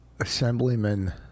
assemblyman